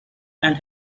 and